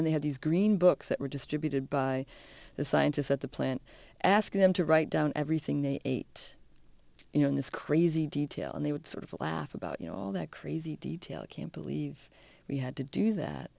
then they had these green books that were distributed by the scientists at the plant asking them to write down everything they ate you know in this crazy detail and they would sort of laugh about you know all that crazy detail can't believe we had to do that